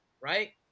right